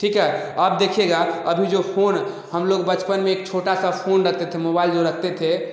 ठीक है आप देखिएगा अभी जो फोन हम लोग बचपन में एक छोटा सा फोन रखते थे मोबाइल जो रखते थे